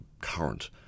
current